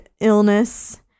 illness